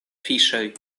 fiŝoj